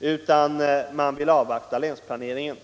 utan avvaktar länsplaneringen.